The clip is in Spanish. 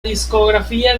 discografía